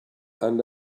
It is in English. and